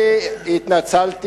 אני התנצלתי,